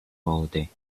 holiday